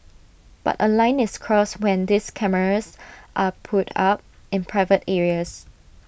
but A line is crossed when these cameras are put up in private areas